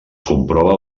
comprova